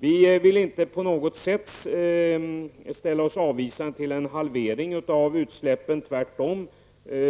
Vi vill inte på något sätt ställa oss avvisande till en halvering av utsläppen, tvärtom.